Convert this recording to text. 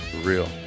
real